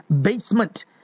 Basement